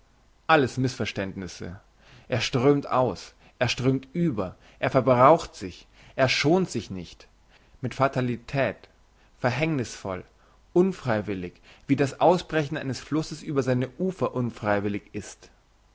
alles missverständnisse er strömt aus er strömt über er verbraucht sich er schont sich nicht mit fatalität verhängnissvoll unfreiwillig wie das ausbrechen eines flusses über seine ufer unfreiwillig ist